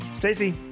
Stacey